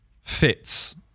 fits